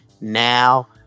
now